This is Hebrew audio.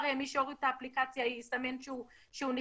מי שהוריד את האפליקציה יסמן שהוא נכנס.